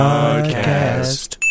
Podcast